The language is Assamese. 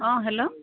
অঁ হেল্ল'